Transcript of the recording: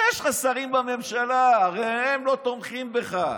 הרי יש לך שרים בממשלה והם לא תומכים בך.